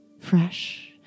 fresh